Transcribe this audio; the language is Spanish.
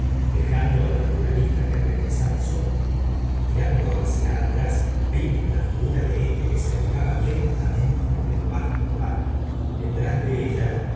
dejando al naturalista que regresara solo mirando hacia atrás vimos la figura de éste que se alejaba leujúnente por el vasto páramo y detrás de ella